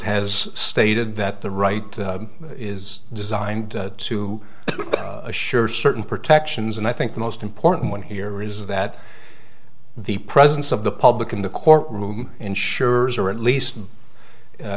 has stated that the right is designed to assure certain protections and i think the most important one here is that the presence of the public in the courtroom ensures or at least